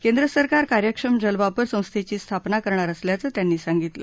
केंद्र सरकार कार्यक्षम जलवापर संस्थेची स्थापना करणार असल्याचं त्यांनी सांगितलं